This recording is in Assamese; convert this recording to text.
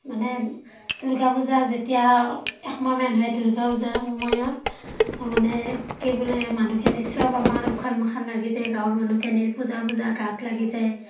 মানে দুৰ্গা পূজা যেতিয়া এক মাহমান হয় দুৰ্গা পূজাৰ সময়ত মানে কি বোলে মানুহখিনি চব আমাৰ উখল মাখল লাগি যায় গাঁৱৰ মানুহখিনিৰ পূজা পূজা গাত লাগি যায়